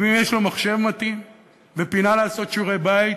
ואם יש לו מחשב מתאים ופינה לעשות שיעורי-בית,